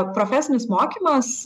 profesinis mokymas